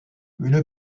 une